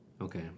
Okay